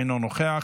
אינו נוכח,